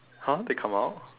!huh! they come out